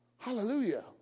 Hallelujah